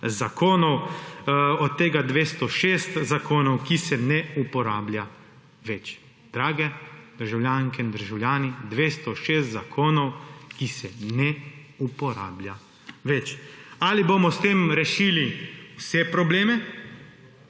zakonov, od tega 206 zakonov, ki se jih ne uporablja več. Drage državljanke in državljani, 206 zakonov, ki se ne uporabljajo več. Ali bomo s tem rešili vse probleme?